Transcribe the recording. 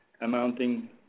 amounting